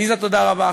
עליזה, תודה רבה.